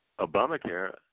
Obamacare